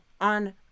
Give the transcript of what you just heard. on